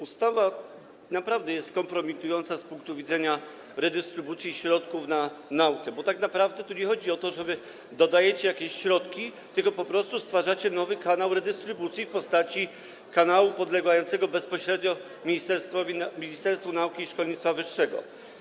Ustawa naprawdę jest kompromitująca z punktu widzenia redystrybucji środków na naukę, bo tak naprawdę nie chodzi o to, że wy dajecie jakieś środki, tylko chodzi o to, że po prostu stwarzacie nowy kanał redystrybucji w postaci kanału podlegającego bezpośrednio Ministerstwu Nauki i Szkolnictwa Wyższego.